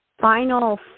final